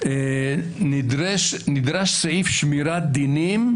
נדרש סעיף שמירת דינים,